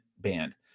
band